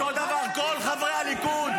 מלא פיך מים.